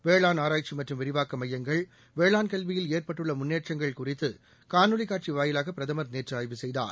வேளாண் ஆராய்ச்சி மற்றும் விரிவாக்க மையங்கள் வேளாண் கல்வியில் ஏற்பட்டுள்ள முன்னேற்றங்கள் குறித்து காணொலிக் காட்சி வாயிலாக பிரதமர் நேற்று ஆய்வு செய்தார்